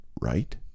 right